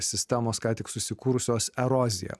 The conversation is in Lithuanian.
sistemos ką tik susikūrusios erozija